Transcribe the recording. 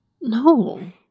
No